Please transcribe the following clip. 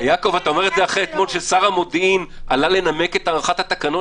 אתה אומר אחרי אתמול ששר המודיעין עלה לנמק את הארכת התקנות